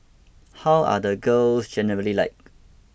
how are the girls generally like